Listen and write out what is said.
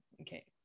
Okay